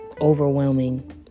overwhelming